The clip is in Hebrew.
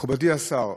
מכובדי השר,